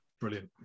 brilliant